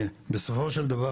בסופו של דבר,